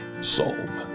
psalm